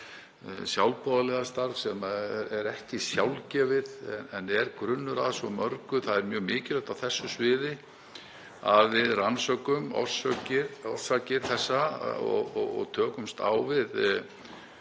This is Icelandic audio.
sjálfboðaliðastarf sem er ekki sjálfgefið en er grunnur að svo mörgu. Það er mjög mikilvægt á þessu sviði að við rannsökum orsakir þessa og tökumst á við